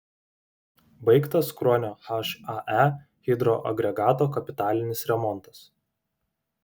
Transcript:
baigtas kruonio hae hidroagregato kapitalinis remontas